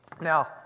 Now